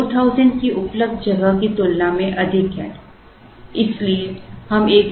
अब यह 4000 की उपलब्ध जगह की तुलना में अधिक है